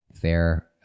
fair